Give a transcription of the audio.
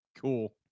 Cool